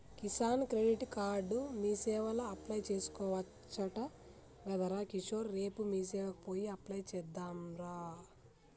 Kisan credit card మీసేవల apply చేసుకోవచ్చట గదరా కిషోర్ రేపు మీసేవకు పోయి అప్లై చెద్దాంరా